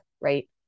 right